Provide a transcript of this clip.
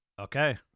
Okay